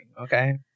Okay